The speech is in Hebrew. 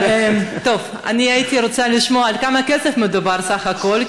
אני הייתי רוצה לשמוע על כמה כסף מדובר בסך הכול,